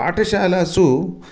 पाठशालासु